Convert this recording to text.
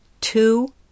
two